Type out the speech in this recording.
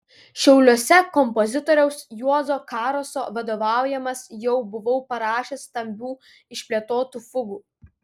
šiauliuose kompozitoriaus juozo karoso vadovaujamas jau buvau parašęs stambių išplėtotų fugų